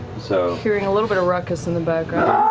so hearing a little bit of ruckus in the background.